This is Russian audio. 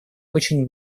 очень